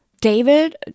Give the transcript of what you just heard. David